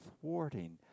thwarting